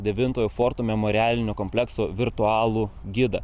devintojo forto memorialinio komplekso virtualų gidą